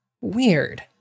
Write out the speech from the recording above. Weird